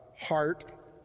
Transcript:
heart